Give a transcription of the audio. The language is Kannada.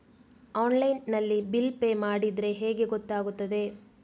ಆನ್ಲೈನ್ ನಲ್ಲಿ ಬಿಲ್ ಪೇ ಮಾಡಿದ್ರೆ ಹೇಗೆ ಗೊತ್ತಾಗುತ್ತದೆ?